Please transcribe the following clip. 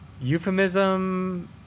euphemism